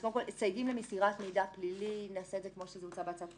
סייגים למסירת מידע פלילי נעשה את זה כמו שזה הוצע בהצעת החוק